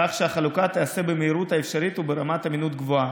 כך שהחלוקה תיעשה במהירות האפשרית וברמת אמינות גבוהה.